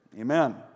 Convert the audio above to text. Amen